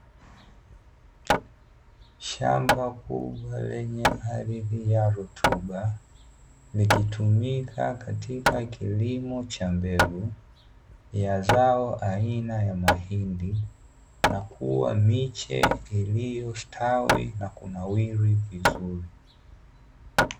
Shamba kubwa lenye ardhi ya rutuba, likitumika katika kilimo cha mbegu ya zao aina ya mahindi na kuwa miche iliyostawi na kunawili vizuri.